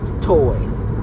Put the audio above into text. toys